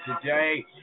today